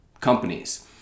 companies